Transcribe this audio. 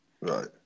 Right